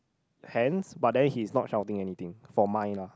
hands but then he's not shouting anything for mine lah